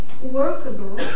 workable